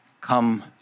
Come